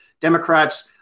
Democrats